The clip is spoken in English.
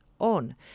on